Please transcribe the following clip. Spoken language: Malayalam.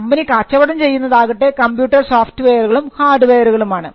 കമ്പനി കച്ചവടം ചെയ്യുന്നതാകട്ടെ കമ്പ്യൂട്ടർ സോഫ്റ്റ്വെയറുകളും ഹാർഡ്വെയറും ആണ്